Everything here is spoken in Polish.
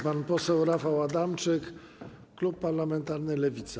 Pan poseł Rafał Adamczyk, klub parlamentarny Lewica.